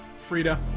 Frida